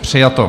Přijato.